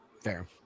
Fair